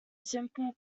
simple